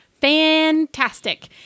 fantastic